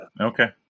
Okay